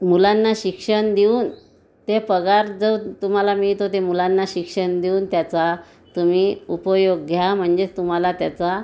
मुलांना शिक्षण देऊन ते पगार जो तुम्हाला मिळतो ते मुलांना शिक्षण देऊन त्याचा तुम्ही उपयोग घ्या म्हणजेच तुम्हाला त्याचा